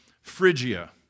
Phrygia